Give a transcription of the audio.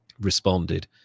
responded